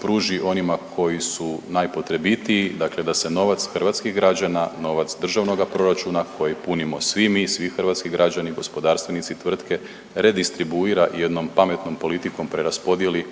pruži onima koji su najpotrebitiji, dakle da se novac hrvatskih građana, novac državnoga proračuna koji punimo svi mi, svi hrvatski građani, gospodarstvenici, tvrtke redistribuira i jednom pametnom politikom preraspodijeli